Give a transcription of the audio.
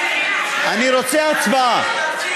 אני רוצה הצבעה.